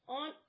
on